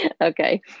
Okay